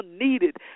needed